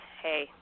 hey